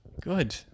Good